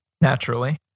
Naturally